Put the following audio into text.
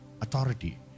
authority